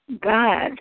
God